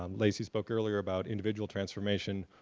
um lacey spoke earlier about individual transformation,